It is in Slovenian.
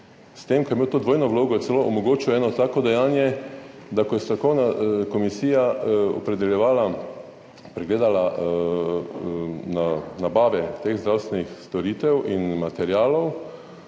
S tem, ko je imel to dvojno vlogo, je celo omogočil eno tako dejanje, da ko je strokovna komisija opredeljevala, pregledala nabave teh zdravstvenih storitev in materialov,